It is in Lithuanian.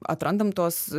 atrandam tuos